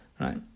right